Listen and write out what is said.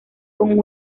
con